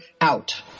out